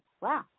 Wow